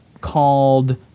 called